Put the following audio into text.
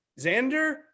Xander